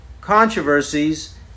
controversies